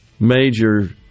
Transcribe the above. Major